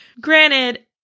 Granted